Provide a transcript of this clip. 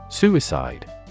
Suicide